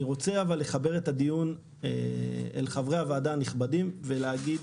אבל אני רוצה לחבר את הדיון אל חברי הוועדה הנכבדים ולהגיד,